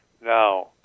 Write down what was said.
Now